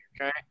Okay